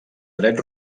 dret